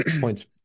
points